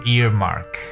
Earmark